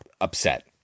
upset